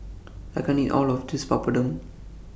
I can't eat All of This Papadum